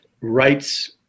rights